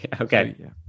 okay